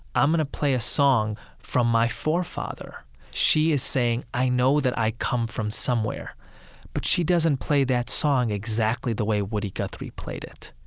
i'm going to play a song from my forefather she is saying, i know that i come from somewhere but she doesn't play that song exactly the way woody guthrie played it,